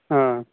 ꯑꯥ